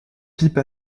pipe